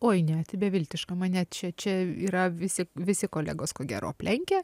oi ne beviltiška mane čia čia yra visi visi kolegos ko gero aplenkia